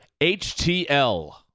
HTL